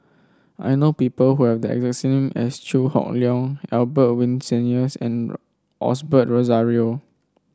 I know people who have the exact name as Chew Hock Leong Albert Winsemius and Osbert Rozario